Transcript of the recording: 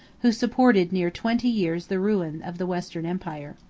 who supported near twenty years the ruins of the western empire.